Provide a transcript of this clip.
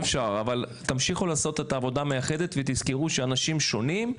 תמשיכו לעשות את העבודה המאחדת ותזכרו שאנשים שונים,